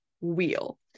wheel